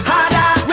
Harder